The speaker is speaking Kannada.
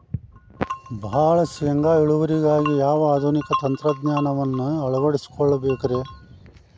ಭಾಳ ಶೇಂಗಾ ಇಳುವರಿಗಾಗಿ ಯಾವ ಆಧುನಿಕ ತಂತ್ರಜ್ಞಾನವನ್ನ ಅಳವಡಿಸಿಕೊಳ್ಳಬೇಕರೇ?